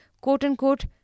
quote-unquote